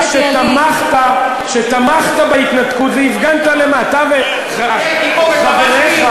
אתה שתמכת בהתנתקות והפגנת, אני הייתי פה ותמכתי?